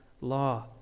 law